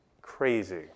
crazy